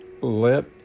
let